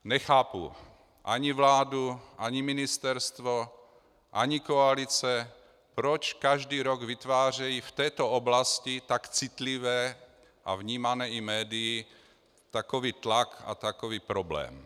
Nechápu ani vládu, ani ministerstvo, ani koalice, proč každý rok vytvářejí v této oblasti tak citlivé a vnímané i médii takový tlak a takový problém.